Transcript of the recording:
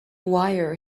wire